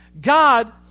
God